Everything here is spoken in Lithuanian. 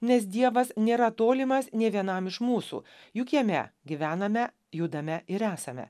nes dievas nėra tolimas nė vienam iš mūsų juk jame gyvename judame ir esame